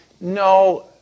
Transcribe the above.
no